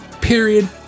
Period